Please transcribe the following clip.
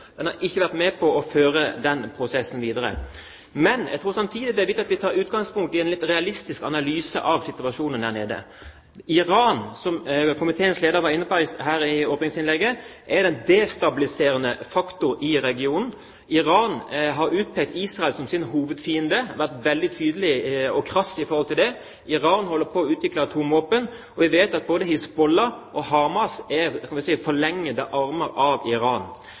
Den har ikke vært med på å føre den prosessen videre. Men jeg tror samtidig det er viktig at vi tar utgangspunkt i en litt realistisk analyse av situasjonen der nede. Iran, som komiteens leder var inne på i åpningsinnlegget, er den destabiliserende faktoren i regionen. Iran har utpekt Israel som sin hovedfiende, og vært veldig tydelig og krass i forhold til det. Iran holder på å utvikle atomvåpen. Vi vet at både Hizbollah og Hamas er, skal vi si, forlengede armer av Iran.